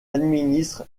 administre